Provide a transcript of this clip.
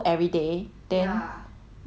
then then did he need to go school